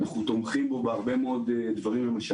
אנחנו תומכים בו בהרבה מאוד משאבים.